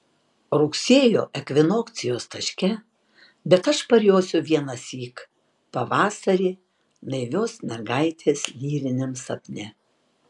rugsėjo ekvinokcijos taške bet aš parjosiu vienąsyk pavasarį naivios mergaitės lyriniam sapne